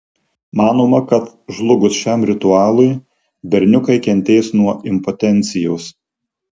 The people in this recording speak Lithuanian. manoma kad žlugus šiam ritualui berniukai kentės nuo impotencijos